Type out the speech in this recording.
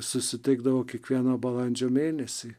susitikdavo kiekvieną balandžio mėnesį